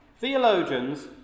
Theologians